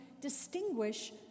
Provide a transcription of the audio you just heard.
distinguish